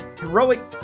heroic